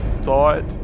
thought